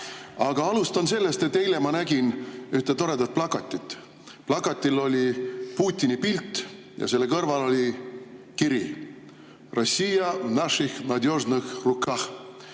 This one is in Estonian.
Aga alustan sellest, et eile ma nägin ühte toredat plakatit. Plakatil oli Putini pilt ja selle kõrval oli kiri "Rossija v našihh nadjožnõhh rukahh"